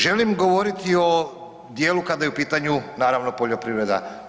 Želim govoriti o dijelu kada je u pitanju naravno poljoprivreda.